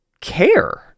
care